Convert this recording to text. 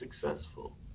successful